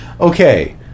Okay